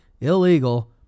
illegal